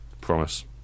promise